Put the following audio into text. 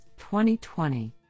2020